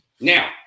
Now